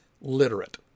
literate